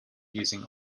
using